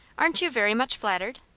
aren't you very much flattered?